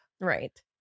Right